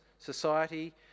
society